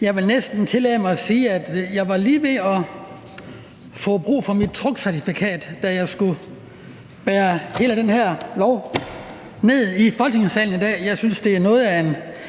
Jeg vil næsten tillade mig at sige, at jeg var lige ved at få brug for mit truckcertifikat, da jeg skulle bære hele det her lovforslag ned i Folketingssalen i dag. Jeg synes, det er noget af en